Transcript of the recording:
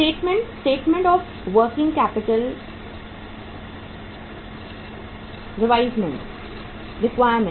statement statement of working capital requirement